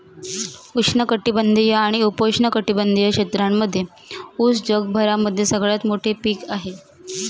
उष्ण कटिबंधीय आणि उपोष्ण कटिबंधीय क्षेत्रांमध्ये उस जगभरामध्ये सगळ्यात मोठे पीक आहे